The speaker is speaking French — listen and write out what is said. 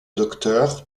docteur